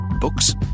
Books